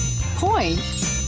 point